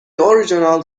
original